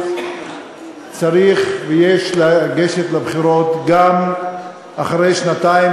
צריך ויש לגשת לבחירות גם אחרי שנתיים,